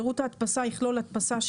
רציונל בזה שהדואר לא יפעיל שירותי הדפסה,